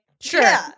Sure